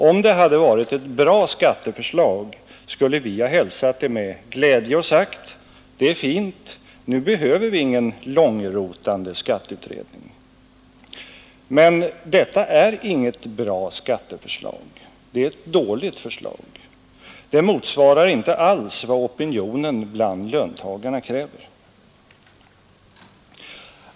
Om det hade varit ett bra skatteförslag skulle vi ha hälsat det med glädje och sagt: Det är fint. Nu behöver vi ingen långrotande skatteutredning. Men detta är inget bra skatteförslag. Det är ett dåligt förslag. Det motsvarar inte alls vad opinionen bland löntagarna kräver.